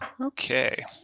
Okay